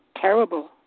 terrible